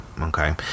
Okay